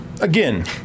again